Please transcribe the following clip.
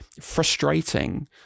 frustrating